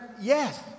Yes